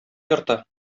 йорты